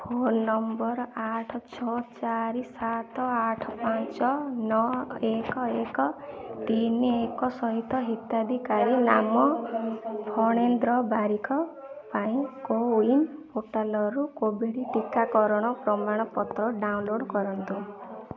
phone number ଆଠ ଛଅ ଚାରି ସାତ ଆଠ ପାଞ୍ଚ ନଅ ଏକ ଏକ ତିନି ଏକ ସହିତ ହିତାଧିକାରୀ ନାମ ଫଣେନ୍ଦ୍ର ବାରିକ ପାଇଁ କୋୱିନ୍ ପୋର୍ଟାଲ୍ରୁ କୋଭିଡ଼୍ ଟିକାକରଣ ପ୍ରମାଣପତ୍ର ଡାଉନଲୋଡ଼୍ କରନ୍ତୁ